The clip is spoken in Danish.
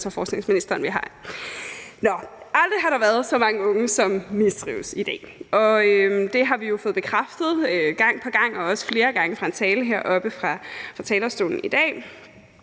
og forskningsministeren, vi har i salen. Aldrig har der været så mange unge, som mistrives, som i dag, og det har vi jo fået bekræftet gang på gang, også flere gange fra talere heroppe fra talerstolen i dag.